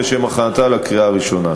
לשם הכנתה לקריאה הראשונה.